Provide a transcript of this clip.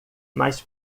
mais